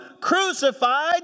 crucified